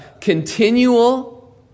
continual